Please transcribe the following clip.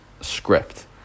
script